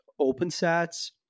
OpenSats